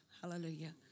Hallelujah